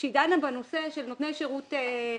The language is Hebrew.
כשהיא דנה בנושא של נותני שירות עסקי,